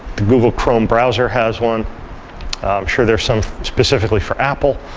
the google chrome browser has one, i'm sure there's some specifically for apple.